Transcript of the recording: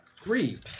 Three